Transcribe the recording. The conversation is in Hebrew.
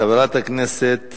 חברת הכנסת